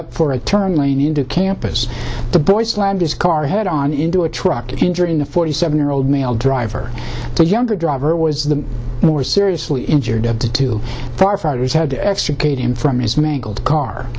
up for a turn lane into campus the boy slammed his car head on into a truck injuring the forty seven year old male driver the younger driver was the more seriously injured of the two firefighters had to extricate him from his mangled car